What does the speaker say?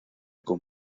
con